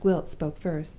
miss gwilt spoke first.